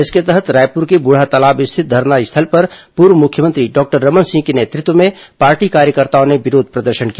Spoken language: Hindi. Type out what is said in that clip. इसके तहत रायपुर के बूढ़ातालाब स्थित धरना स्थल पर पूर्व मुख्यमंत्री डॉक्टर रमन सिंह के नेतृत्व में पार्टी कार्यकर्ताओं ने विरोध प्रदर्शन किया